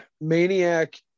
Maniac